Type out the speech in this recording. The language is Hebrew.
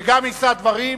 וגם יישא דברים,